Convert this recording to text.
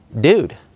dude